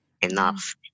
enough